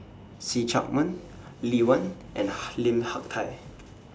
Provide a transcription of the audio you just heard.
See Chak Mun Lee Wen and Lim Hak Tai